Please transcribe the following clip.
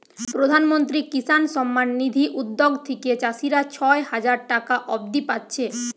প্রধানমন্ত্রী কিষান সম্মান নিধি উদ্যগ থিকে চাষীরা ছয় হাজার টাকা অব্দি পাচ্ছে